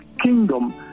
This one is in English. kingdom